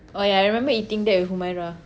oh ya I remember eating that with Humaira